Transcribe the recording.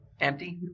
empty